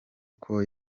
uko